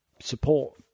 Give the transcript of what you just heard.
support